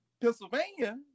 Pennsylvania